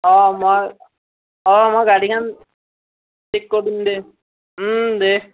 অ মই অ মই গাড়ীখন ঠিক কৰিম দে দে